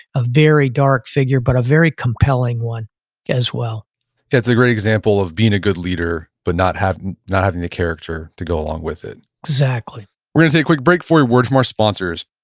a very dark figure but a very compelling one as well that's a great example of being a good leader but not having not having the character to go along with it exactly we're going to take a quick break for a word from our sponsors.